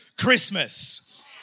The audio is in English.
Christmas